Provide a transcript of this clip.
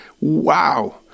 Wow